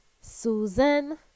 Susan